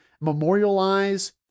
memorialize